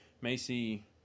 Macy